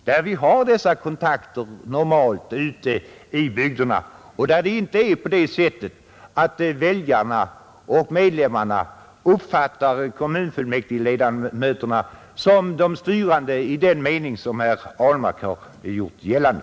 Där har vi normalt dessa kontakter ute i bygderna, och där är det inte på det sättet att väljarna och medlemmarna uppfattar kommunfullmäktigeledamöterna som de styrande i den mening som herr Ahlmark har gjort gällande,